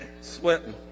Sweating